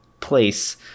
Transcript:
place